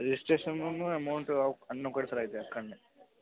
registration amount అన్నీ ఒకసారి అవుతాయి అక్కడ